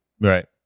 Right